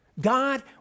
God